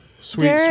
Sweet